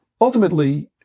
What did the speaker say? Ultimately